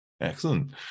Excellent